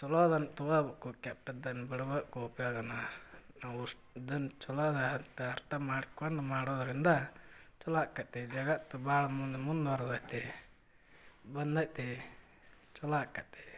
ಚಲೋದನ್ನು ತಗೋಬೇಕು ಕೆಟ್ಟದ್ದನ್ನು ಬಿಡಬೇಕು ಉಪಯೋಗನ ನಾವು ಚಲೋದಂತ ಅರ್ಥ ಮಾಡ್ಕೊಂಡು ಮಾಡೋದರಿಂದ ಚಲೋ ಆಕ್ಕತ್ತಿ ಜಗತ್ತು ಭಾಳ ಮುಂದೆ ಮುಂದುವರ್ದೈತಿ ಬಂದೈತಿ ಚಲೋ ಆಕ್ಕತ್ತಿ